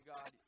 God